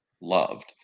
loved